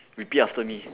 repeat after me